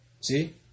See